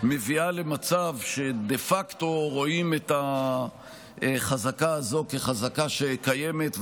מביאה למצב שדה פקטו רואים את החזקה הזו כחזקה שקיימת,